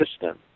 system